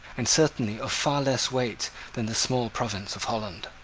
and certainly of far less weight than the small province of holland.